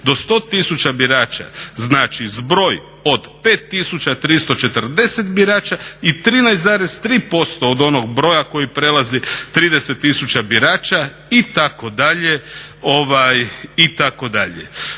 do 100 000 birača znači zbroj od 5340 birača i 13,3% od onog broja koji prelazi 30 000 birača itd.